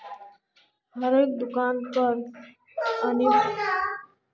हरेक दुकानेर पर अनिवार्य रूप स क्यूआर स्कैनक रखवा लाग ले